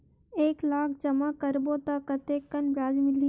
एक लाख जमा करबो त कतेकन ब्याज मिलही?